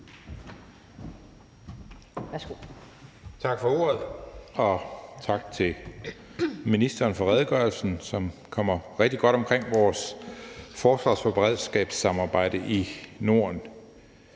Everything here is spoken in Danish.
Tak for ordet, og tak til ministeren for redegørelsen, som kommer rigtig godt omkring vores forsvars- og beredskabssamarbejde i Norden.